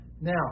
Now